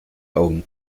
augen